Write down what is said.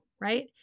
right